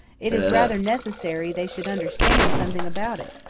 it is rather necessary they should understand something about it.